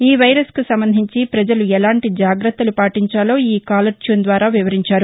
ఈ వైరస్ కు సంబంధించి ప్రజలు ఎలాంటి జాగ్రత్తలు పాటించాలో ఈ కాలర్ ట్యూన్ ద్వారా వివరించారు